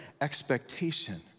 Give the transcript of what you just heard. expectation